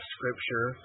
Scripture